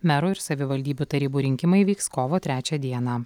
mero ir savivaldybių tarybų rinkimai vyks kovo trečią dieną